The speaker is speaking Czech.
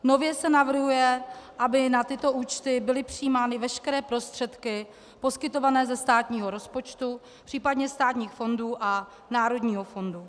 Nově se navrhuje, aby na tyto účty byly přijímány veškeré prostředky poskytované ze státního rozpočtu, příp. státních fondů a národního fondu.